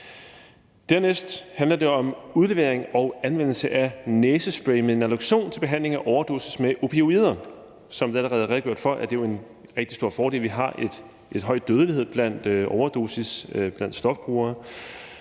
Dernæst handler det om udlevering og anvendelse af næsespray med naloxon til behandling af overdosis med opioider. Som det allerede er redegjort for, er det en rigtig stor fordel. Vi har en høj dødelighed på grund af overdosis blandt stofbrugere,